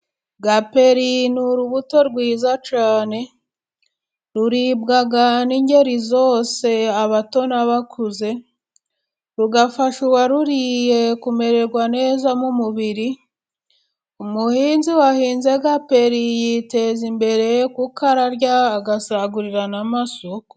Gaperi ni urubuto rwiza cyane ruribwa n'ingeri zose abato na bakuze, rugafasha uwaruriye kumererwa neza mu mubiri, umuhinzi wahinze gaperi yiteza imbere kuko ararya agasagurira na masoko.